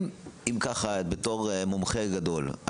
בתור מומחה גדול,